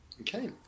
Okay